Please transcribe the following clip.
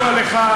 כידוע לך,